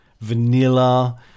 vanilla